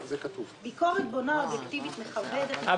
"ביקורת בונה אובייקטיבית מכבדת ---".